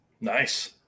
Nice